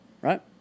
right